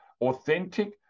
authentic